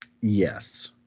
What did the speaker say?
Yes